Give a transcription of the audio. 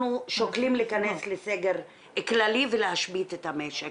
שוקלים להיכנס לסגר כללי ולהשבית את המשק.